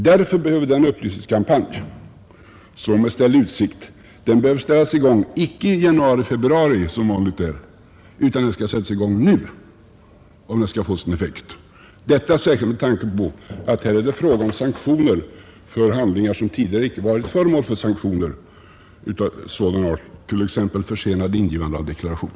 Därför bör den upplysningskampanj som ställs i utsikt sättas i gång inte i januari eller februari 1972 utan nu, om den skall få någon effekt. Detta särskilt med tanke på att här blir det fråga om sanktioner för handlingar som tidigare inte varit föremål för sanktioner, t.ex. för sent ingivande av deklaration.